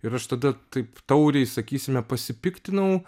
ir aš tada taip tauriai sakysime pasipiktinau